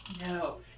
No